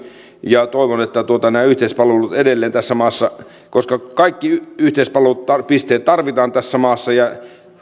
ja toivon että tuotetaan nämä yhteispalvelut edelleen tässä maassa koska kaikki yhteispalvelupisteet tarvitaan tässä maassa